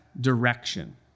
direction